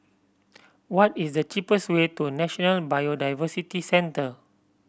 what is the cheapest way to National Biodiversity Centre